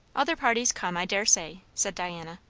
other parties come, i daresay, said diana.